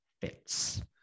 fits